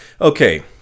Okay